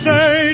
Say